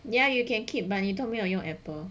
ya you can keep mah 你都没有用 apple